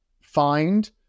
find